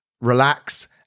relax